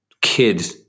kid